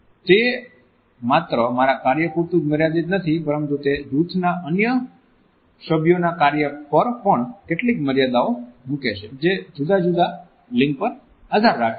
તેથી તે માત્ર મારા કાર્ય પુરતું જ મર્યાદિત નથી પરંતુ તે જૂથના અન્ય સભ્યોના કાર્ય પર પણ કેટલીક મર્યાદાઓ મૂકે છે જે જુદા જુદા લિંગ પર આધાર રાખે છે